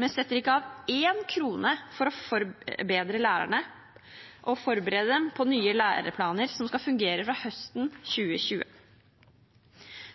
men setter ikke av én krone for å forberede lærerne på nye læreplaner som skal fungere fra høsten 2020.